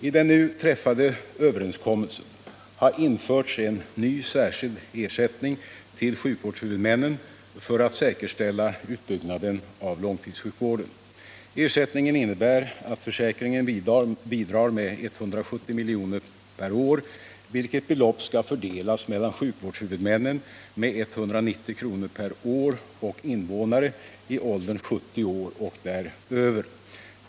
I den nu träffade överenskommelsen har införts en ny särskild ersättning till sjukvårdshuvudmännen för att säkerställa utbyggnaden av långtidssjukvården. Ersättningen innebär att försäkringen bidrar med 170 milj.kr. per år, vilket belopp skall fördelas mellan sjukvårdshuvudmännen med 190 kr. per år och invånare i åldern 70 år och däröver.